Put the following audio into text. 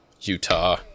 Utah